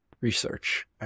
research